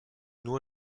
nur